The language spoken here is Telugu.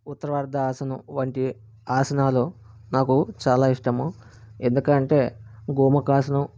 ఉత్తరార్ధ ఆసనం వంటి ఆసనాలు నాకు చాలా ఇష్టము ఎందుకు అంటే గోముఖ ఆసనం